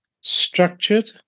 structured